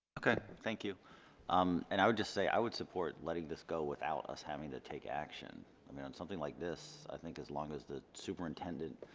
okay thank you um and i would just say i would support letting this go without us having to take action i mean on something like this i think as long as the superintendent